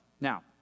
Now